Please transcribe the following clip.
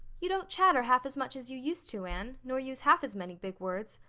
you don't chatter half as much as you used to, anne, nor use half as many big words.